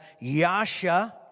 yasha